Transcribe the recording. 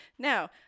Now